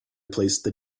placed